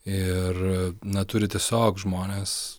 ir na turi tiesiog žmonės